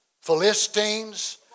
Philistines